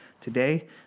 today